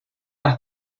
las